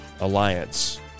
alliance